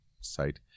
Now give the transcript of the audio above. site